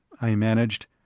i managed,